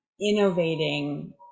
innovating